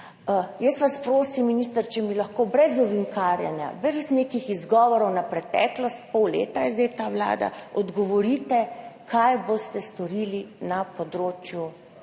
Jaz vas prosim, minister, če mi lahko brez ovinkarjenja, brez nekih izgovorov na preteklost, pol leta je zdaj ta vlada, odgovorite: Kaj boste storili na področju